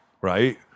right